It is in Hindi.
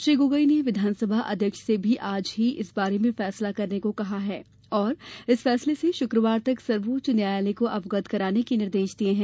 श्री गोगोई ने विधानसभा अध्यक्ष से भी आज ही इस बारे में फैसला करने को कहा है और इस फैसले से शुक्रवार तक सर्वोच्च न्यायालय को अवगत कराने के निर्देश दिये हैं